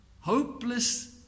hopeless